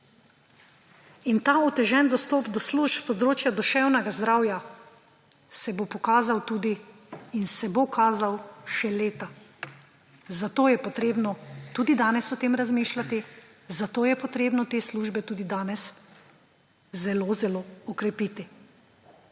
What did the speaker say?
In ta otežen dostop do služb s področja duševnega zdravja se bo pokazal tudi in se bo kazal še leta, zato je potrebno tudi danes o tem razmišljati, zato je potrebno te službe tudi danes zelo zelo okrepiti.